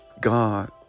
God